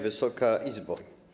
Wysoka Izbo!